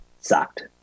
sucked